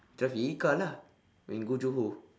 drive car lah when go johor